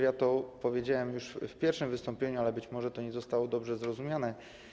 Ja to powiedziałem już przy pierwszym wystąpieniu, ale być może to nie zostało dobrze zrozumiane.